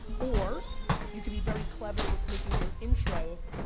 or you can be very clever with making your intro,